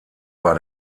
war